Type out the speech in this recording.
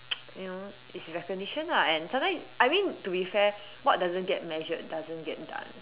you know it's recognition ah and sometimes I mean to be fair what doesn't get measured doesn't get done